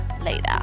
later